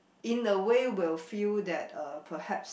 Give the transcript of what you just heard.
in a way will feel that uh perhaps